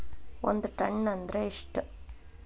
ಒಂದ್ ಟನ್ ಅಂದ್ರ ಎಷ್ಟ?